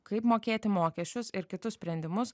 kaip mokėti mokesčius ir kitus sprendimus